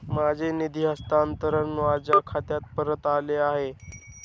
माझे निधी हस्तांतरण माझ्या खात्यात परत आले आहे